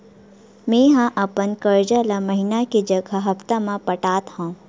मेंहा अपन कर्जा ला महीना के जगह हप्ता मा पटात हव